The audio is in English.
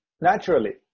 naturally